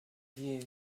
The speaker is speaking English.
view